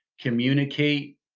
communicate